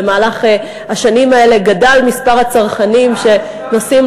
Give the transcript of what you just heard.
במהלך השנים האלה גדל מספר הצרכנים שנוסעים